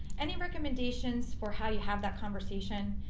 any recommendations for how you have that conversation?